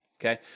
okay